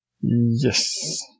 Yes